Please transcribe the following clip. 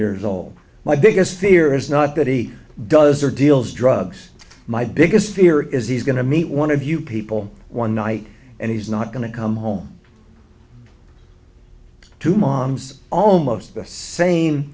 years old my biggest fear is not that he does or deals drugs my biggest fear is he's going to meet one of you people one night and he's not going to come home to mom's almost the same